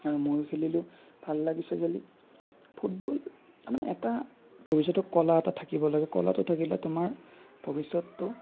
আৰু ময়ো খেলিলো ভাল লাগিছে খেলি ফুটবল তাৰমানে এটা ভৱিষ্যতৰ কলা এটা থাকিব লাগে কলাটো থাকিলে তোমাৰ ভৱিষ্যতটো